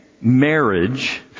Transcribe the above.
marriage